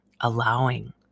allowing